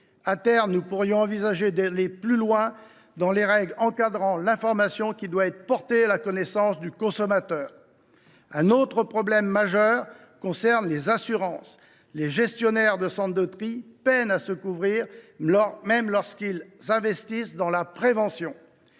À terme, nous pourrions envisager d’aller plus loin sur les règles encadrant l’information qui doit être portée à la connaissance du consommateur. Un autre problème majeur concerne les assurances. Les gestionnaires de centres de tri peinent à se couvrir contre les risques, même lorsqu’ils investissent dans la prévention.